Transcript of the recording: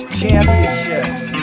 championships